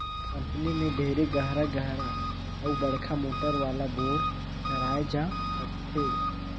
company में ढेरे गहरा गहरा अउ बड़का मोटर वाला बोर कराए जा सकथे